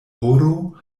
horo